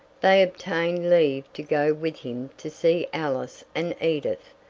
they obtained leave to go with him to see alice and edith,